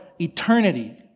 eternity